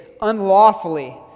unlawfully